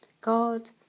God